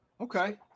Okay